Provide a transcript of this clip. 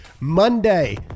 Monday